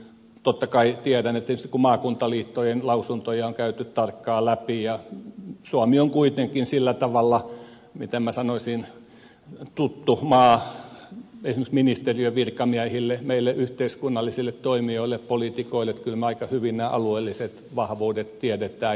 totta kai tiedän että tietysti kun maakuntaliittojen lausuntoja on käyty tarkkaan läpi ja suomi on kuitenkin sillä tavalla miten minä sanoisin tuttu maa esimerkiksi ministeriön virkamiehille meille yhteiskunnallisille toimijoille poliitikoille kyllä me aika hyvin nämä alueelliset vahvuudet tiedämme